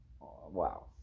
Wow